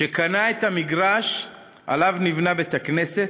שקנה את המגרש שעליו נבנה בית-הכנסת,